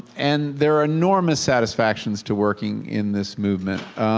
and there are enormous satisfactions to working in this movement.